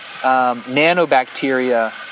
nanobacteria